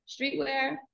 streetwear